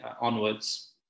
onwards